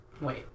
Wait